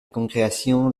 congrégation